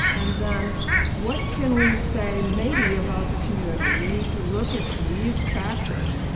and then what can we say maybe about the community? we need to look at these factors.